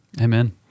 Amen